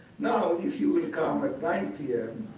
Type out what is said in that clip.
now, if you will come at nine pm,